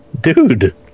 Dude